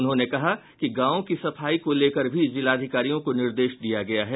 उन्होंने कहा कि गांवों की सफाई को लेकर भी जिलाधिकारियों को निर्देश दिया गया है